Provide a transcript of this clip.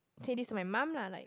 say this to my mum lah like